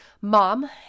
mom